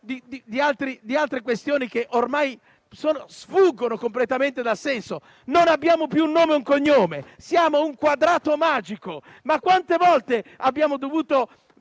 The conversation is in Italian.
di altre questioni che ormai sfuggono completamente a qualunque logica? Non abbiamo più un nome e un cognome: siamo un quadrato magico; quante volte abbiamo dovuto